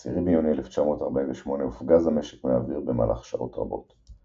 ב-10 ביוני 1948 הופגז המשק מהאוויר במהלך שעות רבות.